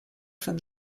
from